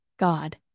God